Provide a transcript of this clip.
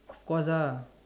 of course ah